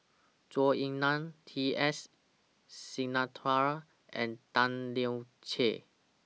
Zhou Ying NAN T S Sinnathuray and Tan Lian Chye